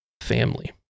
family